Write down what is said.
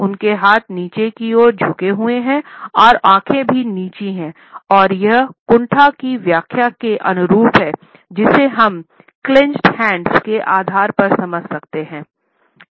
उनके हाथ नीचे की ओर झुके हुए है और आंखें भी नीची हैं और यह कुंठा की व्याख्या के अनुरूप है जिसे हम क्लेन्चेड के आधार पर समझ सकते हैं